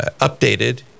updated